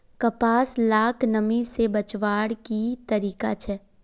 कपास लाक नमी से बचवार की तरीका छे?